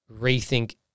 rethink